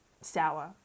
sour